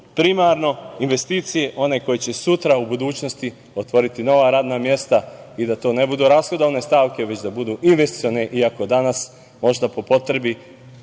primarno investicije koje će sutra u budućnosti otvoriti nova radna mesta i da to ne budu rashodovane stavke, već da to budu investicione, iako danas možda po potrebi